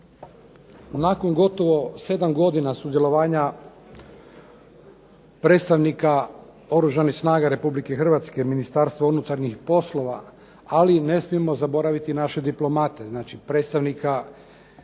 Nakon gotovo 7 godina sudjelovanja predstavnika Oružanih snaga RH Ministarstvo unutarnjih poslova, ali ne smijemo zaboraviti naše diplomate. Znači, predstavnika